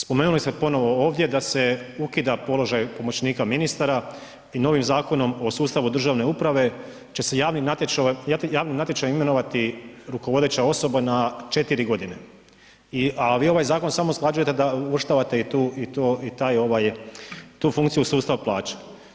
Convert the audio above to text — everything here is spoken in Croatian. Spomenuli ste ponovno ovdje, da se ukida položaj pomoćnika ministara i novim Zakonom o sustavu državne uprave, će se javni natječaj imenovati rukovodeća osoba na 4 g. A vi ovaj zakon samo usklađujete da uvrštavate i tu funkciju sustava plaća.